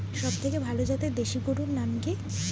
সবথেকে ভালো জাতের দেশি গরুর নাম কি?